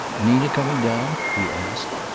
nina coming down? he asked.